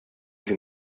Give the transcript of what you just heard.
sie